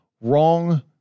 wrong